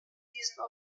diesen